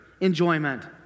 enjoyment